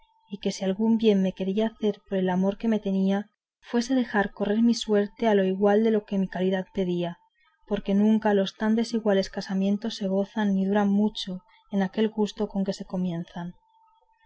y que si algún bien me quería hacer por el amor que me tenía fuese dejar correr mi suerte a lo igual de lo que mi calidad podía porque nunca los tan desiguales casamientos se gozan ni duran mucho en aquel gusto con que se comienzan